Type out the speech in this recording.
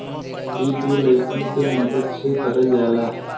इ दू लड़कन के मदद से करल जाला